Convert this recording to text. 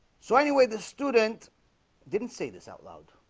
so anyway the student didn't say this out loud